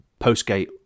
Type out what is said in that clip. Postgate